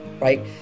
right